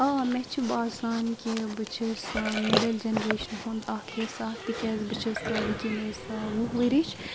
آ مےٚ چھِ باسان کہِ بہٕ چھَس مِڈل جَنریشنہٕ ہُنٛد اَکھ حِصہٕ تِکیازِ بہٕ چھَس وٕنکیٚنَس وُہ ؤرِش